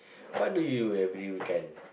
what do you do every weekend